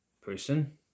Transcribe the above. person